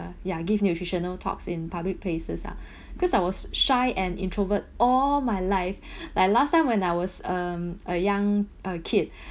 ya give nutritional talks in public places ah because I was shy and introvert all my life like last time when I was um a young uh kid